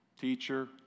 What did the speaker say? teacher